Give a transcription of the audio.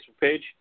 page